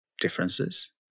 differences